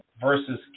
versus